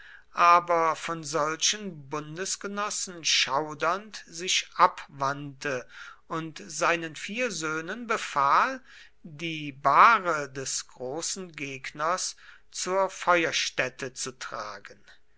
aber von solchen bundesgenossen schaudernd sich abwandte und seinen vier söhnen befahl die bahre des großen gegners zur feuerstätte zu tragen